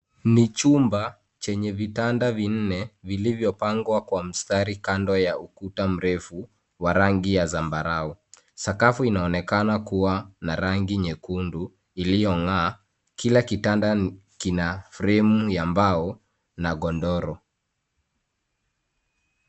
Ni chumba chenye vitanda vinne vilivyopangwa kwa mstari kando ya ukuta mrefu wa rangi ya zambarau. Sakafu inaonekana kuwa na rangi nyekundu iliyong'aa. Kila kitanda kina fremu ya mbao na godoro.